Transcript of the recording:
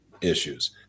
issues